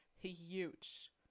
huge